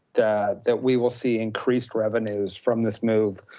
that that we will see increased revenues from this move,